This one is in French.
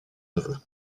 neveux